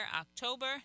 october